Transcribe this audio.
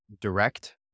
direct